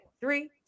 three